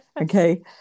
Okay